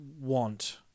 want